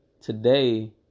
today